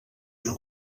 una